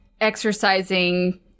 exercising